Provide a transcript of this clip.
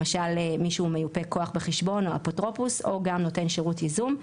למשל מי שהוא מיופה כוח בחשבון או האפוטרופוס או גם נותן שירות ייזום,